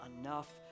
enough